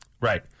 Right